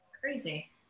crazy